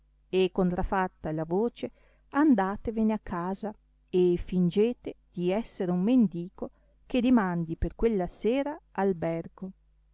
e contrafatta la voce andatevene a casa e fìngete di essere un mendico che dimandi per quella sera albergo